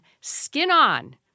skin-on